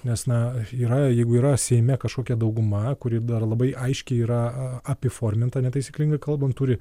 nes na yra jeigu yra seime kažkokia dauguma kuri dar labai aiškiai yra apiforminta netaisyklingai kalbant turi